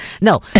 No